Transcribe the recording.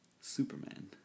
Superman